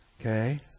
Okay